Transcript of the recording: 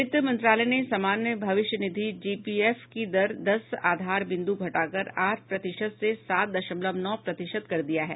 वित्त मंत्रालय ने सामान्य भविष्य निधि जीपीएफ की दर दस आधार बिन्द् घटाकर आठ प्रतिशत से सात दशमलव नौ प्रतिशत कर दिया है